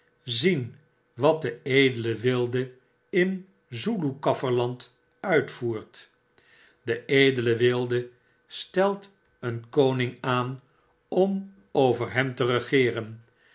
zien wat de edele wilde in zoeloe kafferland uitvoert de edele wilde stelt een koning aan om over hem te regeeren